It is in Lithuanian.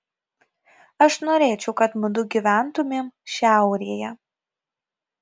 aš norėčiau kad mudu gyventumėm šiaurėje